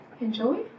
Enjoy